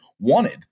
wanted